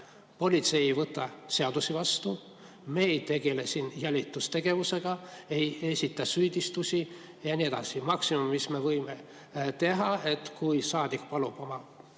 Politsei ei võta seadusi vastu, meie ei tegele siin jälitustegevusega, ei esita süüdistusi ja nii edasi. Maksimum, mis me võime teha, on see, et kui saadik palub oma